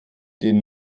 den